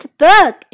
book